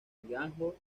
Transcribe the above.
django